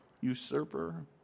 usurper